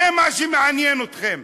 זה מה שמעניין אתכם.